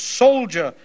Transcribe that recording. soldier